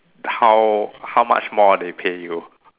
how how much more they pay you